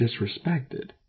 disrespected